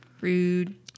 Rude